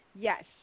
Yes